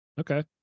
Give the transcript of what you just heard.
okay